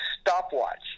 stopwatch